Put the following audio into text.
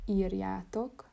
írjátok